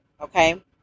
okay